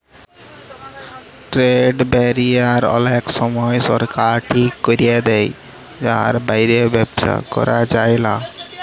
trade barrier অলেক সময় সরকার ঠিক ক্যরে দেয় যার বাইরে ব্যবসা ক্যরা যায়লা